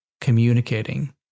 communicating